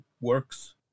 works